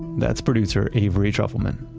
that's producer avery trufelman.